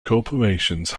corporations